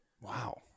Wow